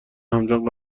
همچون